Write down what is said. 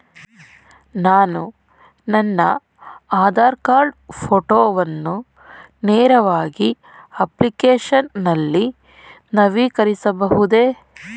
ನಾನು ನನ್ನ ಆಧಾರ್ ಕಾರ್ಡ್ ಫೋಟೋವನ್ನು ನೇರವಾಗಿ ಅಪ್ಲಿಕೇಶನ್ ನಲ್ಲಿ ನವೀಕರಿಸಬಹುದೇ?